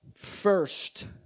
first